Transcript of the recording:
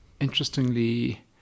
Interestingly